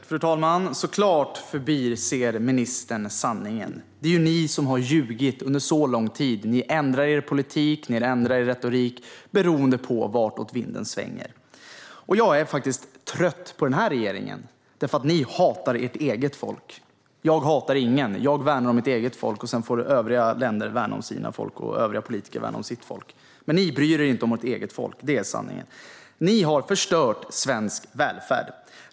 Fru talman! Såklart förbiser ministern sanningen. Det är ju ni, Heléne Fritzon, som har ljugit under lång tid. Ni ändrar er politik och er retorik beroende på vart vinden blåser. Jag är trött på regeringen, för ni hatar ert eget folk. Jag hatar ingen. Jag värnar om mitt eget folk. Sedan får övriga länder och övriga politiker värna om sina folk. Men ni bryr er inte om ert eget folk; det är sanningen. Ni har förstört svensk välfärd.